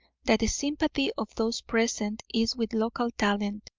that the sympathy of those present is with local talent.